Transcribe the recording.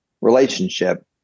relationship